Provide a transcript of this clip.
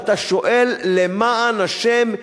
ואתה שואל: למען השם,